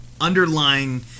underlying